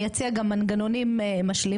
אני אציע גם מנגנונים משלימים,